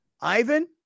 ivan